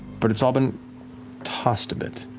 but it's all been tossed a bit.